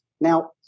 Now